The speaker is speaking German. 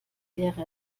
wäre